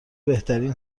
بهترین